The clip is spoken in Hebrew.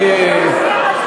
אני, יריב,